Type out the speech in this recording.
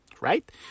Right